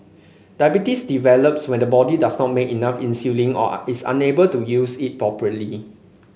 diabetes develops when the body does not make enough insulin or is unable to use it properly